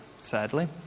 sadly